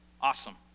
Awesome